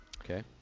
Okay